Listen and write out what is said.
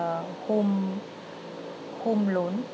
a home home loan